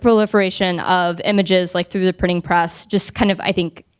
proliferation of images, like through the printing press, just kind of, i think,